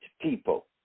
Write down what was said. people